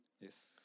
Yes